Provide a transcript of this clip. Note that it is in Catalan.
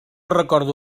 recordo